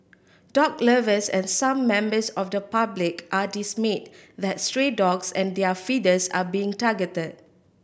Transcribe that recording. dog lovers and some members of the public are dismayed that stray dogs and their feeders are being targeted